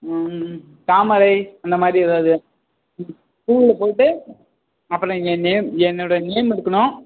ம் தாமரை அந்தமாதிரி ஏதாவது பூவில் போட்டு அப்புறம் ஏ நேம் என்னோடய நேம் இருக்கணும்